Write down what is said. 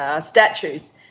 statues